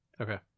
Okay